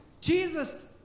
Jesus